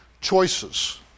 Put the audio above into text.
choices